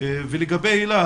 לגבי היל"ה,